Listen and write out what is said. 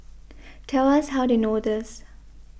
tell us how they know this